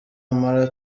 amara